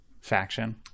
faction